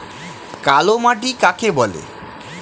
কালো মাটি কাকে বলে?